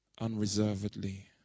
unreservedly